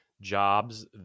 jobs